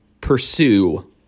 pursue